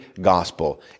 gospel